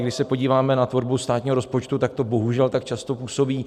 Když se podíváme na tvorbu státního rozpočtu, tak to bohužel tak často působí.